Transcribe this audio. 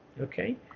Okay